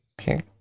Okay